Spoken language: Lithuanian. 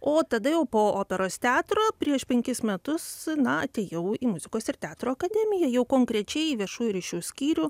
o tada jau po operos teatro prieš penkis metus na atėjau į muzikos ir teatro akademiją jau konkrečiai į viešųjų ryšių skyrių